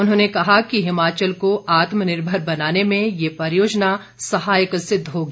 उन्होंने कहा कि हिमाचल को आत्मनिर्भर बनाने में ये परियोजना सहायक सिद्ध होगी